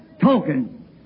token